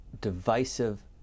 divisive